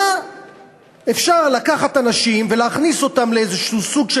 היה אפשר לקחת אנשים ולהכניס אותם לאיזה סוג של